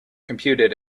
computed